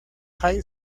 high